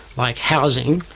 like housing,